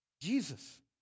Jesus